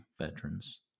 veterans